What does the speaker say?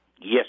Yes